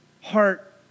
heart